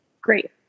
great